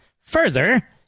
further